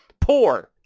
poor